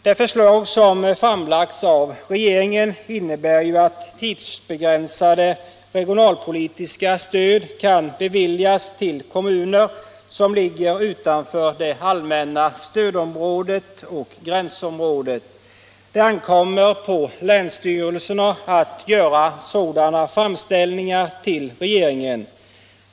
Det förslag som framlagts av regeringen innebär ju att tidsbegränsat regionalpolitiskt stöd kan beviljas till kommuner som ligger utanför det allmänna stödområdet och gränsområdet. Det ankommer på länsstyrelserna att göra sådana framställningar till regeringen.